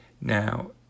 Now